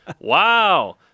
Wow